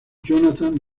jonathan